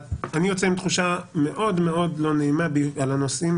אני יוצא עם תחושה מאוד מאוד לא נעימה על הנושאים